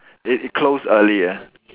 it it close early ah